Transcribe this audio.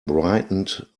brightened